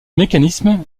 mécanisme